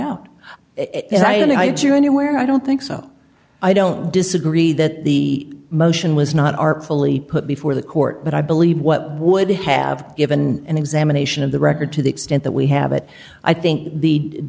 why and i had you anywhere i don't think so i don't disagree that the motion was not artfully put before the court but i believe what would have given an examination of the record to the extent that we have it i think the